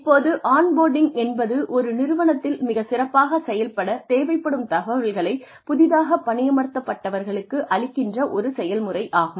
இப்போது onboarding என்பது ஒரு நிறுவனத்தில் மிகச் சிறப்பாகச் செயல்பட தேவைப்படும் தகவல்களை புதிதாக பணியமர்த்தப்பட்டவர்களுக்கு அளிக்கின்ற ஒரு செயல்முறையாகும்